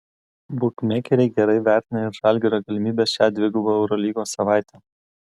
bukmekeriai gerai vertina ir žalgirio galimybes šią dvigubą eurolygos savaitę